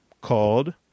called